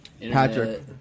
Patrick